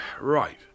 Right